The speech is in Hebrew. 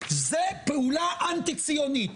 זו פעולה אנטי ציונית,